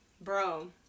bro